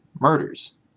murders